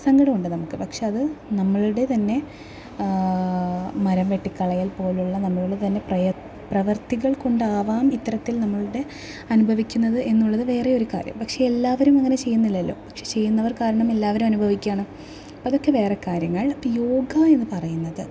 സങ്കടമുണ്ട് നമുക്ക് പക്ഷേ അത് നമ്മളുടെ തന്നെ മരം വെട്ടിക്കളയൽ പോലെയുള്ള നമ്മളുടെ തന്നെ പ്രയ പ്രവർത്തികൾ കൊണ്ടാകാം ഇത്തരത്തിൽ നമ്മളുടെ അനുഭവിക്കുന്നത് എന്നുള്ളത് വേറെ ഒരു കാര്യം പക്ഷേ എല്ലാവരും അങ്ങനെ ചെയ്യുന്നില്ലല്ലോ പക്ഷേ ചെയ്യുന്നവർ കാരണം എല്ലാവരും അനുഭവിക്കുകയാണ് അതൊക്കെ വേറെ കാര്യങ്ങൾ ഇപ്പം യോഗ എന്ന് പറയുന്നത്